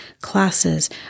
classes